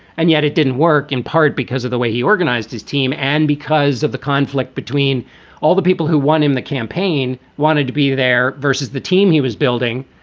and yet it didn't work in part because of the way he organized his team. and because of the conflict between all the people who won him, the campaign wanted to be there versus the team he was building.